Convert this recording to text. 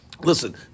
listen